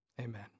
Amen